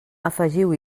afegiu